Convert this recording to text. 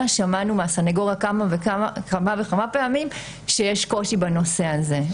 שמענו מהסנגוריה כמה וכמה פעמים שיש קושי בנושא הזה,